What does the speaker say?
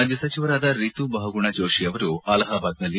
ರಾಜ ಸಚಿವರಾದ ರಿತಾಬಹುಗುಣ ಜೋಶಿ ಅವರ ಅಲಹಬಾದ್ನಲ್ಲಿ